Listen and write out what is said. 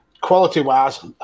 Quality-wise